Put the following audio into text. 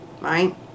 right